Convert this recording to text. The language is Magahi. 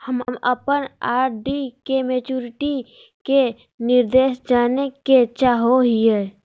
हम अप्पन आर.डी के मैचुरीटी के निर्देश जाने के चाहो हिअइ